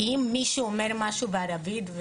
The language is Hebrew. אם מישהו אומר משהו בערבית,